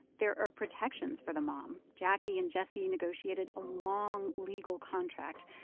there are protections for the mom. jacquie and jessie negotiated a long legal contract.